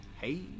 Hey